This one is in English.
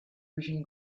vision